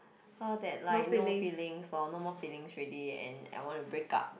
her that like no feelings lor no more feelings ready and I wanna break up